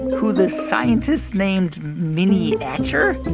who the scientists named mini ature,